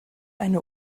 eine